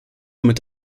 mit